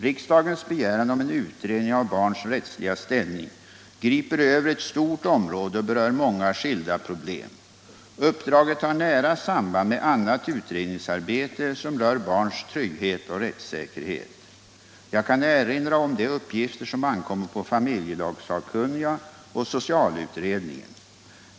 Riksdagens begäran om en utredning av barns rättsliga ställning griper över ett stort område och berör många skilda problem. Uppdraget har nära samband med annat utredningsarbete som rör barns trygghet och rättssäkerhet. Jag kan erinra om de uppgifter som ankommer på familjelagssakkunniga och socialutredningen.